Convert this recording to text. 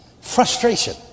Frustration